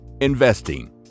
investing